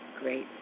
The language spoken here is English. great